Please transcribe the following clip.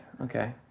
Okay